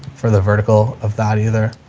for the vertical of that either.